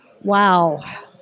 Wow